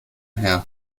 her